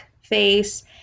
face